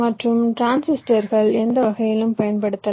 மற்றும் டிரான்சிஸ்டர்கள் எந்த வகையிலும் பயன்படுத்தலாம்